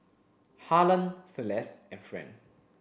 Harlan Celeste and Friend